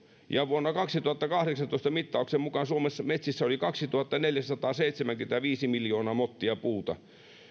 vuonna kaksituhattakahdeksantoista mittauksen mukaan suomen metsissä oli kaksituhattaneljäsataaseitsemänkymmentäviisi miljoonaa mottia puuta